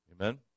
Amen